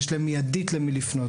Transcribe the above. יש להם מיידית למי לפנות.